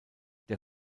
der